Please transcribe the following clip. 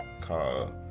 called